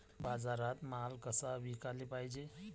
बाजारात माल कसा विकाले पायजे?